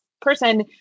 person